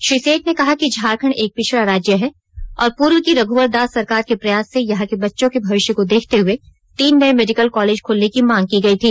श्री सेठ ने कहा कि झारखंड एक पिछडा राज्य है और पूर्व की रघवर दास सरकार के प्रयास से यहां के बच्चों के भविष्य को देखते हुए तीन नये मेडिकल कॉलेज खोलने की मांग की गई थी